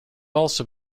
also